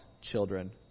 children